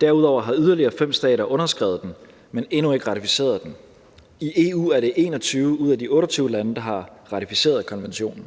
Derudover har yderligere 5 stater underskrevet den, men endnu ikke ratificeret den. I EU er det 21 ud af de 28 lande, der har ratificeret konventionen.